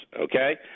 okay